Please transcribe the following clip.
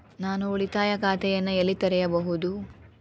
ನಾನು ಉಳಿತಾಯ ಖಾತೆಯನ್ನು ಎಲ್ಲಿ ತೆರೆಯಬಹುದು?